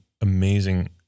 amazing